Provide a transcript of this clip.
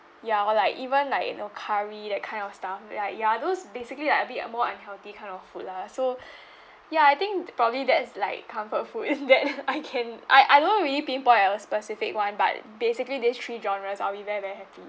ya or like even like you know curry that kind of stuff like ya those basically like a bit of more unhealthy kind of food lah so ya I think probably that is like comfort food it that I can I I don't really pinpoint out a specific one but basically these three genres I'll be very very happy